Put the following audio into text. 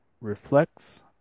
reflects